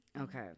okay